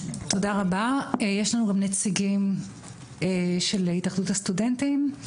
תודה רבה, יש לנו גם נציגים של אגודת הסטודנטים,